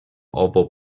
owo